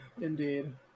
indeed